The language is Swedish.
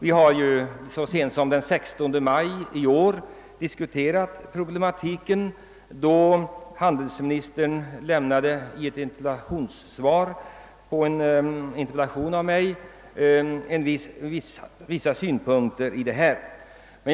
Så sent som den 16 maj i år diskuterade vi problematiken i samband med ett interpellationssvar som handelsministern då lämnade mig, varvid frågan belystes ur många synpunkter.